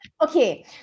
Okay